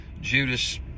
judas